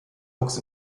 wuchs